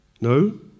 No